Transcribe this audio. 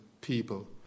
people